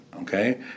okay